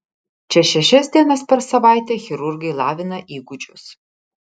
čia šešias dienas per savaitę chirurgai lavina įgūdžius